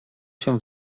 się